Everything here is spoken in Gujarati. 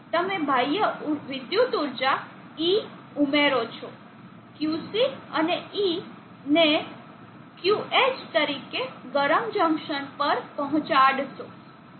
તમે બાહ્ય વિદ્યુત ઊર્જા E ઉમેરો છો Qc અને E ને Qh તરીકે ગરમ જંકશન પર પહોંચાડશો